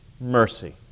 mercy